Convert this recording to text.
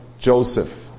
Joseph